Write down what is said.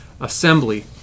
Assembly